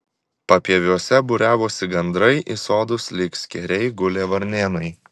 papieviuose būriavosi gandrai į sodus lyg skėriai gulė varnėnai